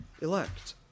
elect